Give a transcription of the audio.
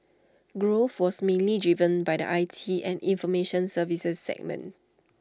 growth was mainly driven by the I T and information services segment